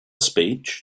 speech